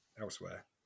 elsewhere